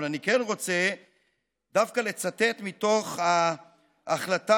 אבל אני כן רוצה דווקא לצטט מתוך ההחלטה,